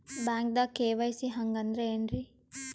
ಬ್ಯಾಂಕ್ದಾಗ ಕೆ.ವೈ.ಸಿ ಹಂಗ್ ಅಂದ್ರೆ ಏನ್ರೀ?